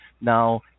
Now